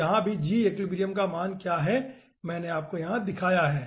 तो यहाँ भी g एक्विलिब्रियम का मान क्या है मैंने आपको यहाँ दिखाया है